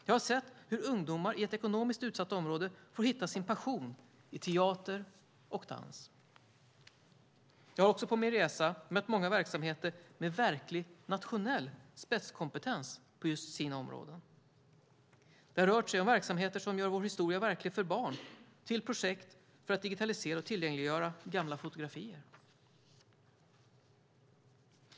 Jag har sett hur ungdomar i ett ekonomiskt utsatt område fått hitta sin passion i teater och dans. Jag har också på min resa mött många verksamheter med verklig nationell spetskompetens på just deras områden. Det har rört sig om verksamheter som gör vår historia verklig för barn och projekt för att digitalisera och tillgängliggöra gamla fotografier.